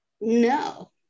No